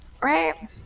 Right